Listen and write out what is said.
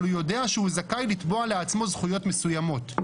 אבל הוא יודע שהוא זכאי לתבוע לעצמו זכויות מסוימות".